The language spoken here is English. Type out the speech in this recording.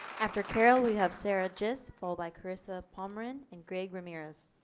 after carol we have sarah gist followed by charissa pomrehn and greg ramirez.